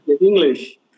English